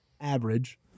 average